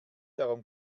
darum